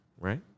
Right